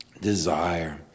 Desire